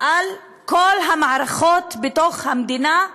על כל המערכות בתוך המדינה,